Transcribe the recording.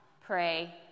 pray